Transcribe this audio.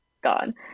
gone